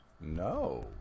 No